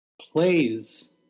plays